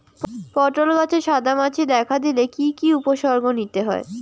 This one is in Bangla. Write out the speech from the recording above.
পটল গাছে সাদা মাছি দেখা দিলে কি কি উপসর্গ নিতে হয়?